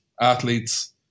athletes